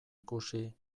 ikusi